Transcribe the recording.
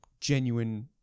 genuine